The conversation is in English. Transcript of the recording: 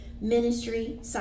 ministry